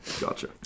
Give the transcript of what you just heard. Gotcha